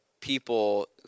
people